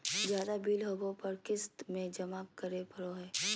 ज्यादा बिल होबो पर क़िस्त में जमा करे पड़ो हइ